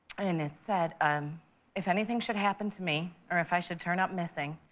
and it said, um if anything should happen to me, or if i should turn up missing,